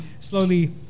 slowly